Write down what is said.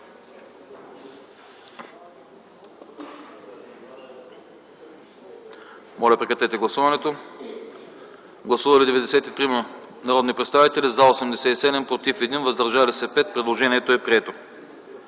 Моля, гласувайте. Гласували 110 народни представители: за 91, против 15, въздържали се 4. Предложението е прието.